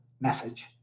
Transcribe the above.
message